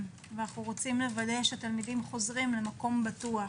ורוצים לוודא שהתלמידים חוזרים למקום בטוח.